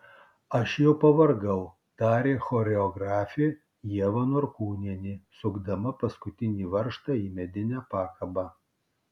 aš jau pavargau tarė choreografė ieva norkūnienė sukdama paskutinį varžtą į medinę pakabą